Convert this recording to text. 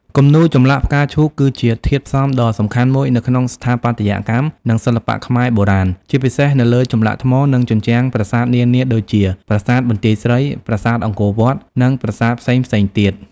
គំនូរចម្លាក់ផ្កាឈូក គឺជាធាតុផ្សំដ៏សំខាន់មួយនៅក្នុងស្ថាបត្យកម្ម និងសិល្បៈខ្មែរបុរាណ ជាពិសេសនៅលើចម្លាក់ថ្ម និងជញ្ជាំងប្រាសាទនានាដូចជា ប្រាសាទបន្ទាយស្រី ប្រាសាទអង្គរវត្ត និងប្រាសាទផ្សេងៗទៀត។